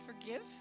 forgive